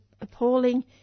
appalling